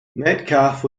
metcalf